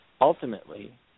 ultimately